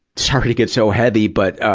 sorry to get so heavy, but, ah,